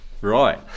right